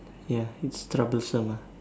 ya it's troublesome ah